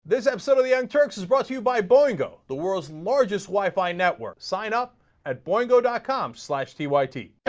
there's absolutely no and charges brought to you by boeing co the world's largest wifi network sign up at boy though dot com slash the whitey and